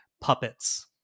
puppets